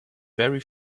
very